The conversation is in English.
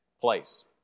place